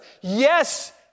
Yes